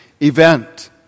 event